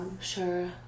Sure